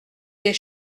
des